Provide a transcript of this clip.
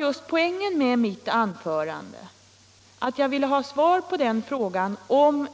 Men poängen med mitt anförande var att få ett svar på frågan om